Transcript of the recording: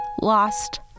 lost